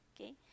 Okay